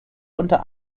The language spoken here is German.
unter